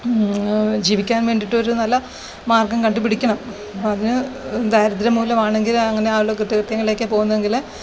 ജീവിക്കാൻ വേണ്ടിയിട്ട് ഒരു നല്ല മാർഗ്ഗം കണ്ടുപിടിക്കണം അതിന് ദാരിദ്ര്യം മൂലം ആണെങ്കിൽ അങ്ങനെ ആൾ കുറ്റകൃത്യങ്ങളിലേക്ക് പോകുന്നതെങ്കിൽ